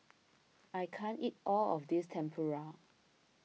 I can't eat all of this Tempura